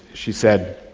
she said,